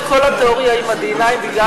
כמה אפשר לבנות את כל התיאוריה עם ה-D-9 בגלל,